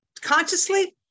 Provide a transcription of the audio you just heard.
consciously